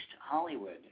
Hollywood